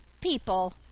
people